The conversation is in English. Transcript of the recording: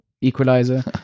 equalizer